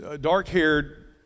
dark-haired